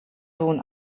sohn